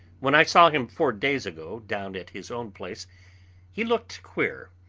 when i saw him four days ago down at his own place he looked queer.